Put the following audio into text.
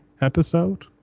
episode